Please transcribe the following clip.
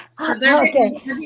Okay